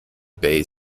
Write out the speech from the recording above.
bay